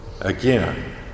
Again